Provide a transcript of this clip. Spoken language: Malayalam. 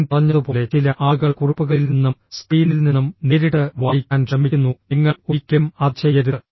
ഞാൻ പറഞ്ഞതുപോലെ ചില ആളുകൾ കുറിപ്പുകളിൽ നിന്നും സ്ക്രീനിൽ നിന്നും നേരിട്ട് വായിക്കാൻ ശ്രമിക്കുന്നു നിങ്ങൾ ഒരിക്കലും അത് ചെയ്യരുത്